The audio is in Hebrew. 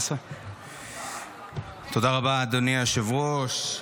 תודה רבה, אדוני היושב-ראש.